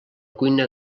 cuina